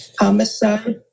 homicide